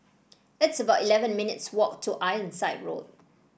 it's about eleven minutes' walk to Ironside Road